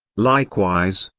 likewise,